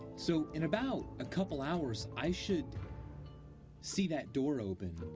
so, in about a couple hours, i should see that door open.